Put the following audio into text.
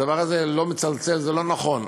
הדבר הזה לא מצלצל, זה לא נכון.